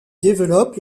développent